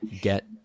Get